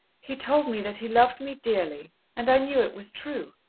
he told me that he loved me dearly and i knew it was true.